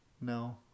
no